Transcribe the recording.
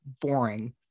boring